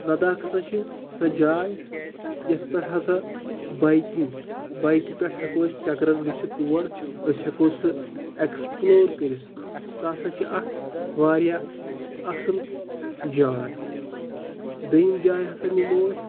لداخ ہَسا چھِ سۄ جاے یَتھ پٮ۪ٹھ ہَسا بایکِنٛگ بایکہِ پٮ۪ٹھ ہٮ۪کو أسۍ چَکرَس گٔژھِتھ تور أسۍ ہٮ۪کو سُہ ایٚکٕسپٕلور کٔرِتھ سُہ ہَسا چھِ اَکھ واریاہ اَصٕل جاے دٔیِم جاے ہَسا نِمو أسۍ